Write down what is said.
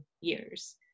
years